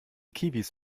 kiwis